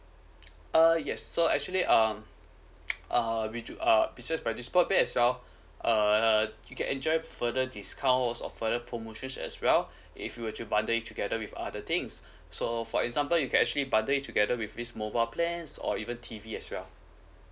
uh yes so actually um uh we do err besides this broadband as well uh you can enjoy further discounts or further promotions as well if you were to bundle it together with other things so for example you can actually bundle it together with this mobile plans or even T_V as well